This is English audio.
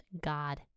God